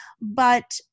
But-